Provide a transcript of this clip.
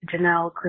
Janelle